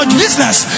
business